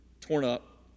torn-up